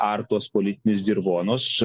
art tuos politinius dirvonus